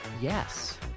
Yes